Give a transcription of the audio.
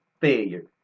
failure